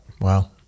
Wow